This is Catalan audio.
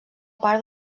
part